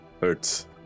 hurts